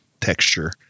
texture